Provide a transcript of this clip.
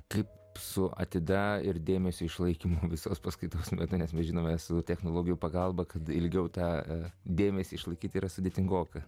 kaip su atida ir dėmesio išlaikymu visos paskaitos metu nes mes žinome su technologijų pagalba kad ilgiau tą dėmesį išlaikyti yra sudėtingoka